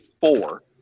four